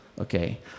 Okay